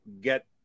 get